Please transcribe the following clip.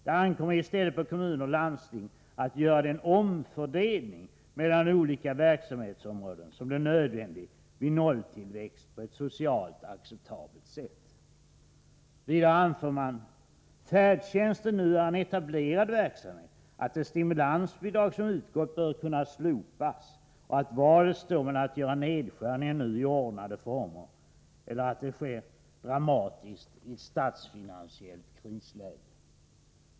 Det ankommer i stället på kommuner och landsting att göra den omfördelning mellan olika verksamhetsområden som blir nödvändig vid nolltillväxt på ett socialt acceptabelt sätt. Motionärerna anför vidare att färdtjänsten nu är en etablerad verksamhet, att det stimulansbidrag som utgått bör kunna slopas och att valet står mellan att göra nedskärningar nu och i ordnade former eller att det sker dramatiskt i ett statsfinansiellt krisläge.